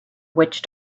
witch